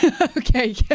Okay